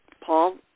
Paul